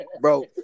Bro